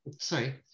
Sorry